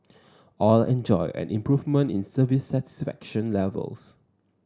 all enjoyed an improvement in service satisfaction levels